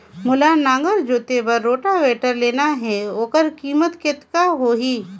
मोला नागर जोते बार रोटावेटर लेना हे ओकर कीमत कतेक होही?